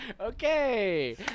Okay